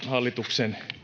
hallituksen